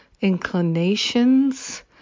inclinations